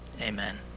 Amen